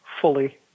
fully